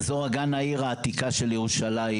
אזור אגן העיר העתיקה של ירושלים,